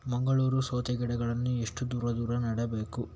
ಮಂಗಳೂರು ಸೌತೆ ಗಿಡಗಳನ್ನು ಎಷ್ಟು ದೂರ ದೂರ ನೆಡಬೇಕು?